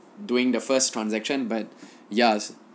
doing the first transaction but yes